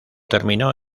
terminó